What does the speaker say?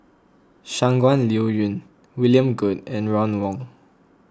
Shangguan Liuyun William Goode and Ron Wong